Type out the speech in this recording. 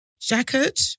Jacket